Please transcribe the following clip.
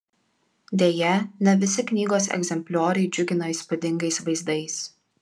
deja ne visi knygos egzemplioriai džiugina įspūdingais vaizdais